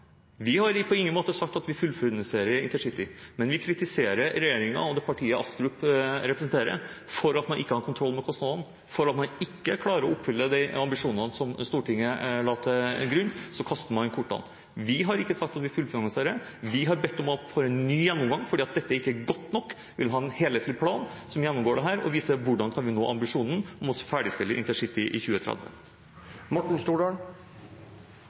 Vi har på ingen måte sagt at vi fullfinansierer intercity, men vi kritiserer regjeringen og det partiet representanten Astrup representerer, for at man ikke har kontroll med kostnadene, for at man ikke klarer å oppfylle de ambisjonene som Stortinget la til grunn, og så kaster man kortene. Vi har ikke sagt at vi fullfinansierer; vi har bedt om at man får en ny gjennomgang fordi dette ikke er godt nok. Vi vil ha en helhetlig plan som gjennomgår dette og viser hvordan vi kan vi nå ambisjonen om å ferdigstille intercity i 2030.